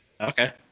okay